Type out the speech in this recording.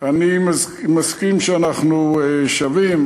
אני מסכים שאנחנו שווים.